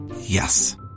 Yes